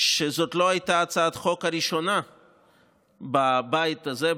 שזאת לא הייתה הצעת החוק הראשונה בבית הזה,